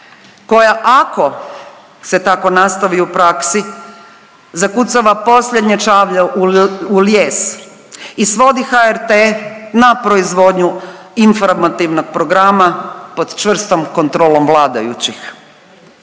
koja ako se tako nastavi u praksi zakucava posljednje čavle u lijes i svodi HRT na proizvodnju informativnog programa pod čvrstom kontrolom vladajućih.